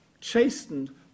chastened